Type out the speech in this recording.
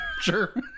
Sure